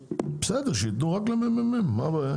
בסדר, שיתנו רק ל-מ.מ.מ, מה הבעיה?